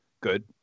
Good